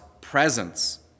presence